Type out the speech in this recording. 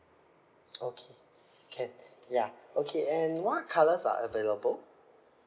okay can ya okay and what colours are available